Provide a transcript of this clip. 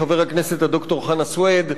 חבר הכנסת הד"ר חנא סוייד.